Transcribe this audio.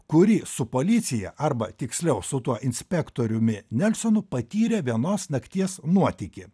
kuri su policija arba tiksliau su tuo inspektoriumi nelsonu patyrė vienos nakties nuotykį